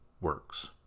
works